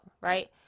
right